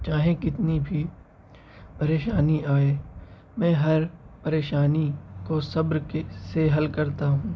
چاہے کتنی بھی پریشانی آئے میں ہر پریشانی کو صبر کے سے حل کرتا ہوں